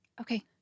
Okay